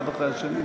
תגיד מרצ.